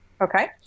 Okay